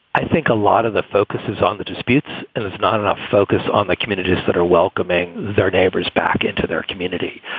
i think a lot of the focus is on the disputes and it's not enough focus on the communities that are welcoming their neighbors back into their community.